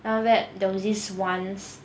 then after that there was this once